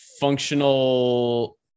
Functional